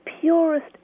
purest